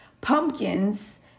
Pumpkins